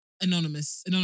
anonymous